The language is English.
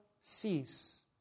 cease